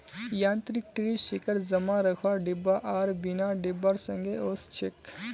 यांत्रिक tree shaker जमा रखवार डिब्बा आर बिना डिब्बार संगे ओसछेक